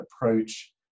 approach